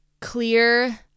clear